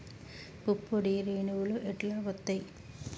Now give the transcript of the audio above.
పుప్పొడి రేణువులు ఎట్లా వత్తయ్?